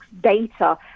data